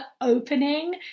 opening